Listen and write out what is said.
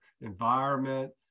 environment